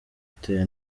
uteye